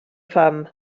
fam